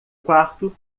quarto